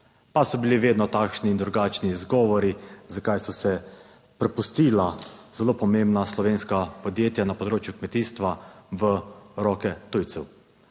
pa so bili vedno takšni in drugačni izgovori, zakaj so se prepustila zelo pomembna slovenska podjetja na področju kmetijstva v roke tujcev.